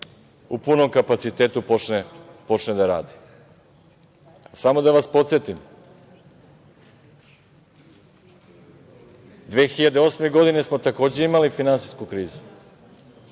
u punom kapacitetu počne da radi. Samo da vas podsetim, 2008. godine smo, takođe, imali finansijsku krizu.